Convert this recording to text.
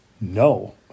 No